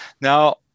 Now